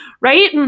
right